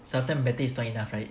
sometimes better is not enough right